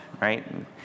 right